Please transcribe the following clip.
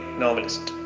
novelist